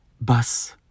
bus